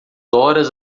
horas